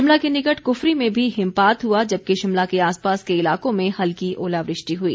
शिमला के निकट क्फरी में भी हिमपात हुआ जबकि शिमला के आसपास के इलाकों में हल्की ओलावृष्टि हुई